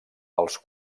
els